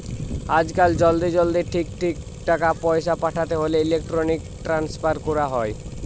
আজকাল জলদি জলদি ঠিক ঠিক টাকা পয়সা পাঠাতে হোলে ইলেক্ট্রনিক ট্রান্সফার কোরা হয়